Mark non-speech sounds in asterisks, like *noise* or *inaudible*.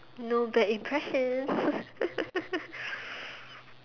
no bad impression *laughs*